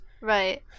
right